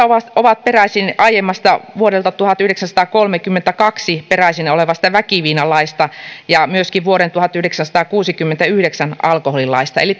ovat ovat peräisin muun muassa aiemmasta vuodelta tuhatyhdeksänsataakolmekymmentäkaksi peräisin olevasta väkiviinalaista ja myöskin vuoden tuhatyhdeksänsataakuusikymmentäyhdeksän alkoholilaista eli